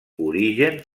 origen